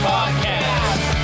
Podcast